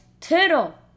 turtle